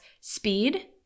speed